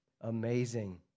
amazing